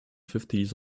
fifties